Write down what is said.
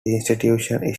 institution